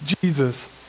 Jesus